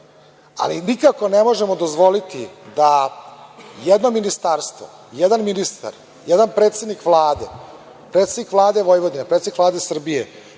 ali nikako ne možemo dozvoliti da jedno ministarstvo, jedan ministar, jedan predsednik Vlade, predsednik Vlade Vojvodine, predsednik Vlade Srbije